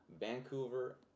Vancouver